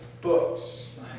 books